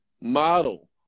model